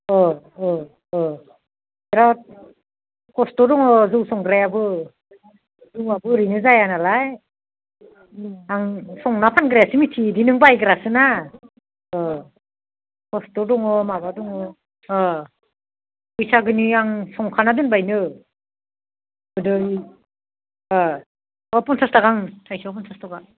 अ अ बिराद कस्त' दङ जौ संग्रायाबो जौआबो ओरैनो जाया नालाय आं संना फानग्रायासो मिथियो दि नों बायग्रासो ना कस्त' दङ माबा दङ अ बैसागोनि आं संखाना दोनबायानो गोदो अ पन्सास ताका आं थाइसेयाव पन्सास ताका